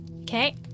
Okay